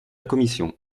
commission